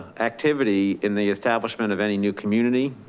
activity in the establishment of any new community.